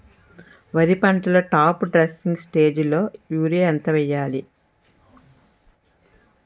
వరి పంటలో top dressing స్టేజిలో యూరియా ఎంత వెయ్యాలి?